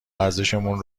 ارزشمون